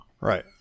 Right